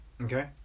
Okay